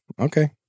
Okay